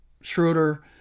Schroeder